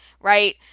Right